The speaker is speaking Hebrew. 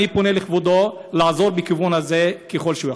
אני פונה לכבודו, לעזור בכיוון הזה ככל שהוא יכול.